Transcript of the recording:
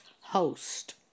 host